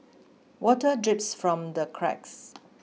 water drips from the cracks